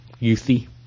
youthy